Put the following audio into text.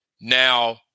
Now